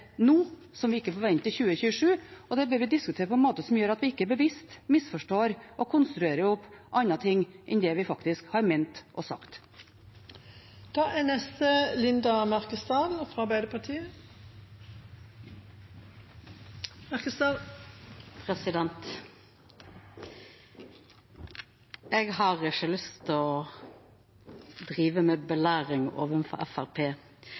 nå, som ikke får vente til 2027, og det bør vi diskutere på en måte som gjør at vi ikke bevisst misforstår og konstruerer andre ting enn det vi faktisk har ment og sagt. Jeg har ikke lyst til å drive med belæring overfor Fremskrittspartiet, men når representanten Nilsen påstår at vi kun kutter utslipp i Norge ved å